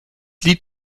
lied